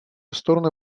стороны